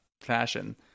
fashion